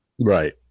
Right